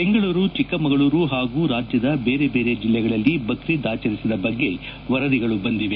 Bengaluru Chikkamagaluru ಹಾಗೂ ರಾಜ್ಯದ ಬೇರೆ ಬೇರೆ ಜಿಲ್ಲೆಗಳಲ್ಲಿ ಬಕ್ರೀದ್ ಆಚರಿಸಿದ ವರದಿಯಾಗಿದೆ